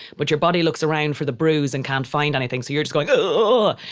but your body looks around for the bruise and can't find anything. so you're just gonna go, ooooh.